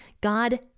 God